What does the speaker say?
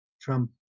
Trump